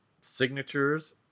signatures